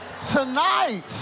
tonight